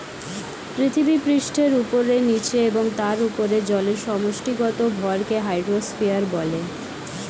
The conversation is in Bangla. পৃথিবীপৃষ্ঠের উপরে, নীচে এবং তার উপরে জলের সমষ্টিগত ভরকে হাইড্রোস্ফিয়ার বলে